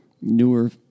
newer